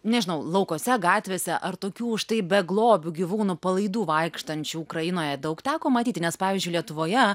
nežinau laukuose gatvėse ar tokių štai beglobių gyvūnų palaidų vaikštančių ukrainoje daug teko matyti nes pavyzdžiui lietuvoje